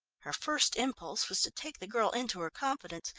her first impulse was to take the girl into her confidence,